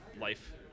life